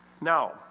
Now